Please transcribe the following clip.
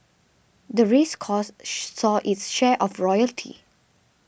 the race course saw its share of royalty